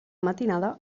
matinada